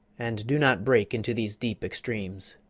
and do not break into these deep extremes.